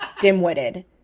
dim-witted